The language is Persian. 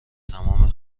تمام